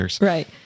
Right